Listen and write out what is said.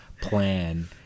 plan